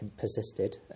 persisted